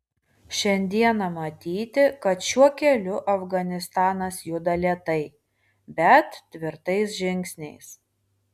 šiandieną matyti kad šiuo keliu afganistanas juda lėtai bet tvirtais žingsniais